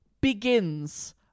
begins